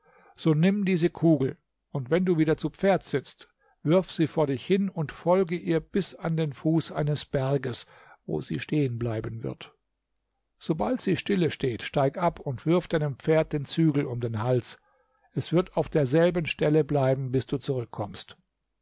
so nimm diese kugel und wenn du wieder zu pferd sitzt wirf sie vor dich hin und folge ihr bis an den fuß eines berges wo sie stehenbleiben wird sobald sie stille steht steig ab und wirf deinem pferd den zügel um den hals es wird auf derselben stelle bleiben bis du zurückkommst